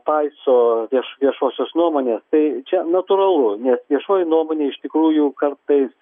paiso viešosios nuomonės tai čia natūralu nes viešoji nuomonė iš tikrųjų kartais